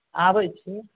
आबै छी